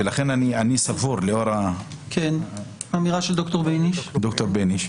לאור האמירה של ד"ר ביניש,